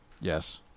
Yes